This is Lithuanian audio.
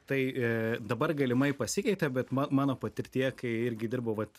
tai dabar galimai pasikeitė bet mano patirtyje kai irgi dirbau vat